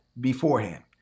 beforehand